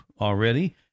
already